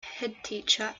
headteacher